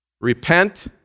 Repent